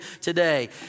today